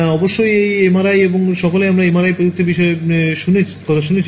অবশ্যই একটি এমআরআই আমরা সকলেই এমআরআই প্রযুক্তির বিস্ময়ের কথা শুনেছি